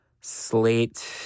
Slate